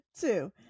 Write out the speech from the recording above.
two